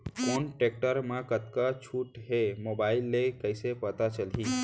कोन टेकटर म कतका छूट हे, मोबाईल ले कइसे पता चलही?